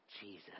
Jesus